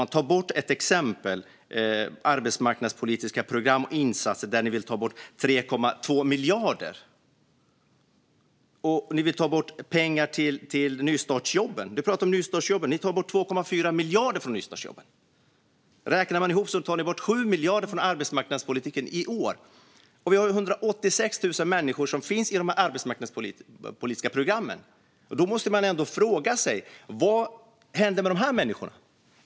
När det gäller arbetsmarknadspolitiska program och insatser vill ni ta bort 3,2 miljarder. Ni vill ta bort pengar till nystartsjobben. Du talar om nystartsjobben. Ni vill ta bort 2,4 miljarder från nystartsjobben. Räknar man ihop tar ni bort 7 miljarder från arbetsmarknadspolitiken i år. Vi har 186 000 människor som finns i de arbetsmarknadspolitiska programmen. Man måste ändå fråga sig: Vad händer med de människorna?